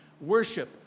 worship